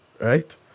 right